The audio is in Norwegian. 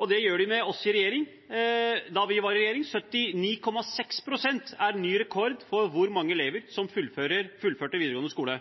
og det gjorde de da vi var i regjering. 79,6 pst. er ny rekord for hvor mange elever som fullførte videregående skole.